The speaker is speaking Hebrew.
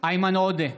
איימן עודה,